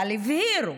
הבהירו